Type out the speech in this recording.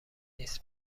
نیست